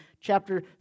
chapter